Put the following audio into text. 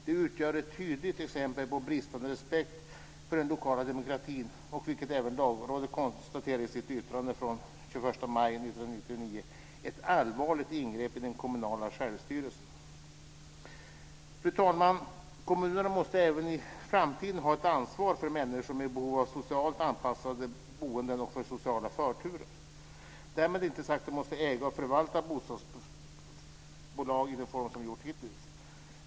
Det utgör ett tydligt exempel på bristande respekt för den lokala demokratin och, vilket även Lagrådet konstaterar i sitt yttrande från den 21 maj 1999, ett allvarligt ingrepp i den kommunala självstyrelsen. Fru talman! Kommunerna måste även i framtiden ha ett ansvar för människor med behov av socialt anpassat boende och för sociala förturer. Därmed inte sagt att de måste äga och förvalta bostadsbolag i den form som de gjort hittills.